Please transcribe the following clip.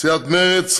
לסיעת מרצ,